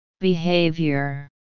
Behavior